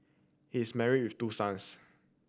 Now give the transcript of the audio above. he is marry with two sons